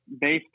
based